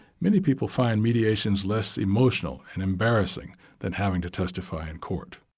many people find mediations less emotional and embarrassing than having to testify in court.